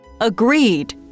agreed